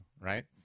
right